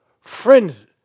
Frenzy